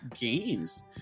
games